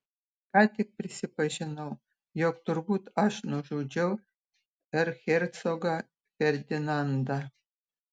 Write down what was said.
ką tik prisipažinau jog turbūt aš nužudžiau erchercogą ferdinandą